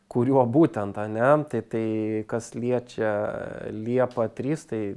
kuriuo būtent ane tai tai kas liečia liepa trys tai